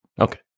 Okay